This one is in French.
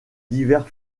divers